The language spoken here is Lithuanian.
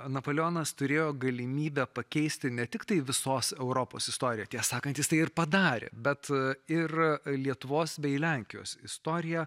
napoleonas turėjo galimybę pakeisti ne tiktai visos europos istoriją tiesą sakant jis tai ir padarė bet ir lietuvos bei lenkijos istoriją